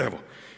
Evo.